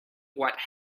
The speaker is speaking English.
what